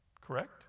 Correct